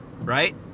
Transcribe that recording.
right